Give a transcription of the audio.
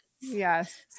yes